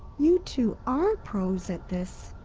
you two are pros at this!